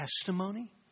testimony